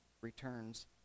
returns